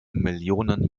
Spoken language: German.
millionen